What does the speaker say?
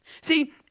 See